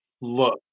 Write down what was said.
look